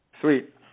Sweet